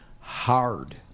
hard